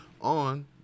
on